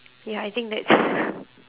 ya I think that's